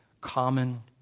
common